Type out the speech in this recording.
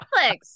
Netflix